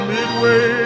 Midway